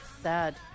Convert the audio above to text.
Sad